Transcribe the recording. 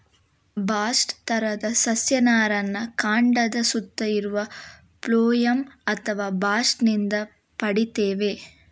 bast ತರದ ಸಸ್ಯ ನಾರನ್ನ ಕಾಂಡದ ಸುತ್ತ ಇರುವ ಫ್ಲೋಯಂ ಅಥವಾ ಬಾಸ್ಟ್ ನಿಂದ ಪಡೀತೇವೆ